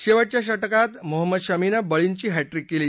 शेवटच्या षटकात मोहम्मद शमीने बळींची हॅट्रीक केली